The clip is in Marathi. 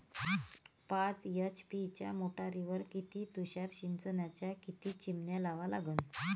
पाच एच.पी च्या मोटारीवर किती तुषार सिंचनाच्या किती चिमन्या लावा लागन?